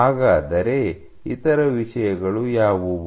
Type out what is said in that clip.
ಹಾಗಾದರೆ ಇತರ ವಿಷಯಗಳು ಯಾವುವು